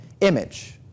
image